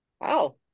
Wow